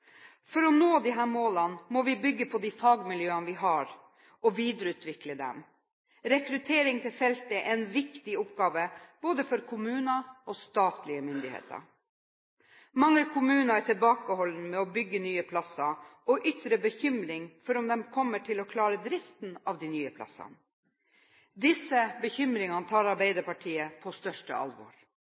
For å nå disse målene må vi bygge på de fagmiljøene vi har, og videreutvikle disse. Rekruttering til feltet er en viktig oppgave både for kommuner og statlige myndigheter. Mange kommuner er tilbakeholdne med å bygge nye plasser og ytrer bekymring for om de kommer til å klare driften av de nye plassene. Disse bekymringene tar Arbeiderpartiet på største alvor.